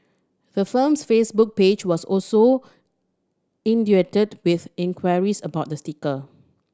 the firm's Facebook page was also with enquiries about the sticker